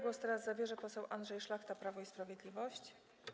Głos teraz zabierze poseł Andrzej Szlachta, Prawo i Sprawiedliwość.